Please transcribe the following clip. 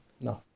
No